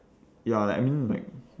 ya like I mean like